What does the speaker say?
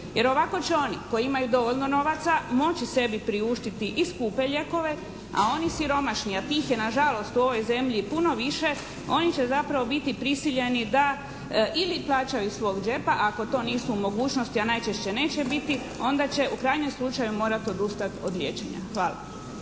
jer ovako će oni koji imaju dovoljno novaca moći sebi priuštiti i skupe lijekove, a oni siromašni, a tih je na žalost u ovoj zemlji puno više, oni će zapravo biti prisiljeni da ili plaćaju iz svog džepa ako to nisu u mogućnosti, a najčešće neće biti onda će u krajnjem slučaju morati odustati od liječenja. Hvala.